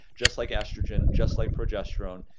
just like estrogen, just like progesterone,